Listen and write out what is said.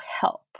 help